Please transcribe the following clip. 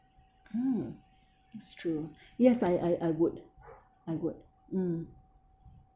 mm that's true yes I I I would I would mm